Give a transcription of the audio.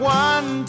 one